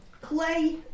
clay